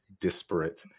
disparate